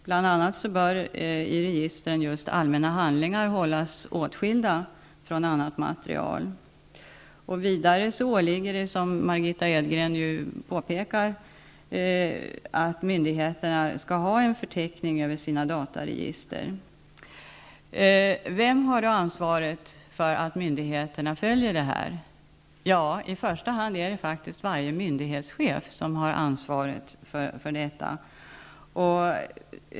Bl.a. bör i registren allmänna handlingar hållas åtskilda från annat material. Vidare åligger det, som Margitta Edgren påpekar, myndigheterna att ha en förteckning över sina dataregister. Vem har då ansvaret för att myndigheterna följer bestämmelserna här? I första hand är det faktiskt varje myndighetschef som har ansvaret för detta.